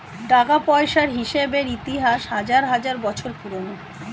টাকা পয়সার হিসেবের ইতিহাস হাজার হাজার বছর পুরোনো